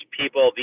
people